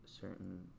certain